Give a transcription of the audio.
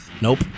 Nope